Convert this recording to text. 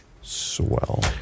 swell